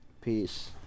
Peace